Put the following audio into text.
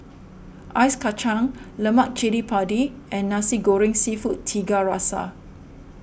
Ice Kachang Lemak Cili Padi and Nasi Goreng Seafood Tiga Rasa